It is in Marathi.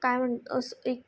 काय म्हणत् असं एक